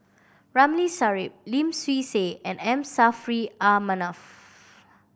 Ramli Sarip Lim Swee Say and M Saffri A Manaf